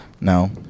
No